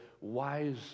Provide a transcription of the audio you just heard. wise